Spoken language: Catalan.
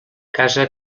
casa